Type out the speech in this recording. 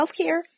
healthcare